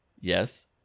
Yes